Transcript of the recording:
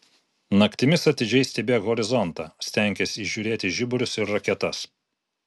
naktimis atidžiai stebėk horizontą stenkis įžiūrėti žiburius ir raketas